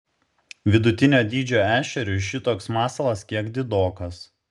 vidutinio dydžio ešeriui šitoks masalas kiek didokas